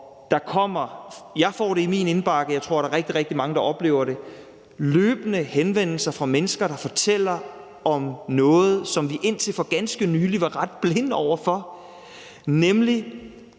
jeg får det i min indbakke, og jeg tror, der er rigtig, rigtig mange, der oplever det – løbende henvendelser fra mennesker, der fortæller om noget, som vi indtil for ganske nylig var ret blinde over for, nemlig